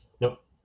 Nope